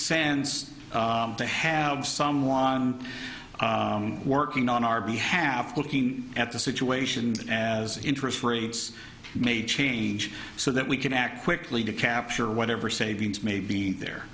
sense to have someone working on our behalf looking at the situation as interest rates may change so that we can act quickly to capture whatever savings may be there